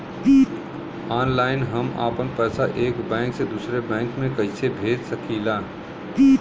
Online हम आपन पैसा एक बैंक से दूसरे बैंक में कईसे भेज सकीला?